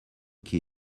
key